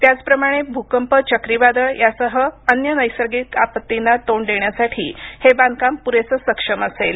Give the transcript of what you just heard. त्याचप्रमाणे भूकंप चक्रीवादळ यांसह अन्य नैसर्गिक आपत्तींना तोंड देण्यासाठी हे बांधकाम प्रेसं सक्षम असेल